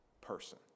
person